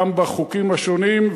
גם בחוקים השונים,